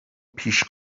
پیش